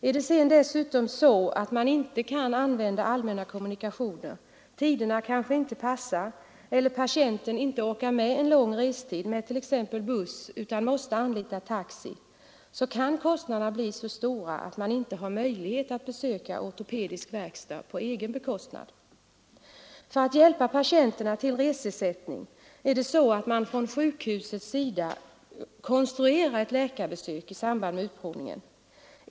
Är det dessutom så att man inte kan använda allmänna kommunikationer — tiderna kanske inte passar eller patienten orkar inte med en lång restid på t.ex. buss utan måste anlita taxi — kan kostnaderna bli så stora att man inte har möjlighet att besöka ortopedisk verkstad på egen bekostnad. För att hjälpa patienterna till reseersättning ”konstruerar” man på sjukhuset ett läkarbesök i samband med utprovningen.